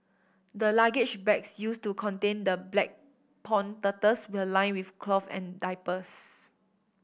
the luggage bags used to contain the black pond turtles where lined with cloth and diapers